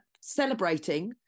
celebrating